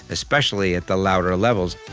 especially at the louder levels